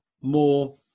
more